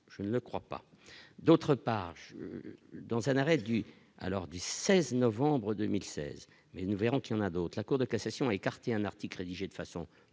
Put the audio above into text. je ne crois pas, d'autre part, dans un arrêt du alors du 16 novembre 2016, mais nous verrons qui en a d'autres, la Cour de cassation a écarté un article rédigé de façon